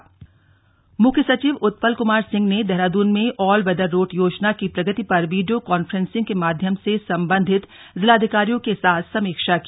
मुख्य सचिव मुख्य सचिव उत्पल कुमार सिंह ने देहरादून में ऑल वेदर रोड योजना की प्रगति पर वीडियो कांफ्रेंसिंग के माध्यम से सम्बन्धित जिलाधिकारियों के साथ समीक्षा की